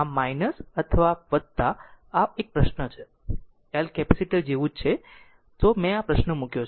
આમ અથવા આ એક પ્રશ્ન છે L કેપેસિટર જેવું જ છે મેં આ પ્રશ્ન મૂક્યો